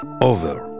Over